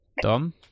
Dom